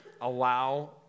allow